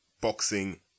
boxing